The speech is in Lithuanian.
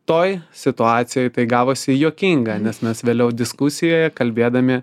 toj situacijoj tai gavosi juokinga nes mes vėliau diskusijoje kalbėdami